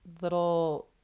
little